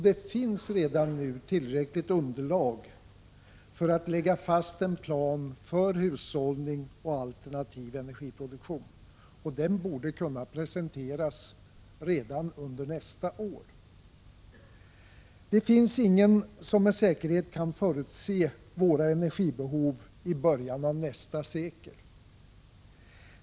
Det finns redan nu tillräckligt underlag för att lägga fast en plan för hushållning och alternativ energiproduktion. Och den borde kunna presenteras redan under nästa år. Det finns ingen som med säkerhet kan förutse våra energibehov i början av nästa sekel.